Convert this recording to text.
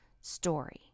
story